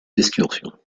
excursions